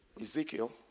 Ezekiel